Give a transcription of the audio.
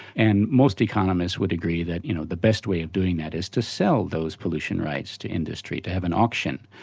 and most economists would agree that you know the best way of doing that is to sell those pollution rights to industry, to have an auction,